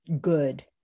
good